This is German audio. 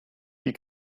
die